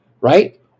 Right